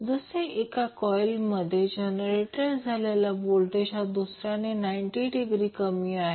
जसे एक कॉइलमध्ये जनरेट झालेला व्होल्टेज हा दुसऱ्याने 90 डिग्री कमी आहे